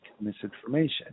misinformation